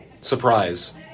surprise